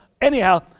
anyhow